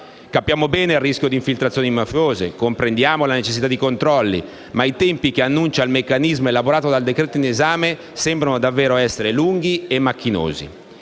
Capiamo bene il rischio di infiltrazioni mafiose e comprendiamo la necessità di controlli, ma i tempi che annuncia il meccanismo elaborato dal decreto in esame sembrano davvero essere lunghi e macchinosi.